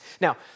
Now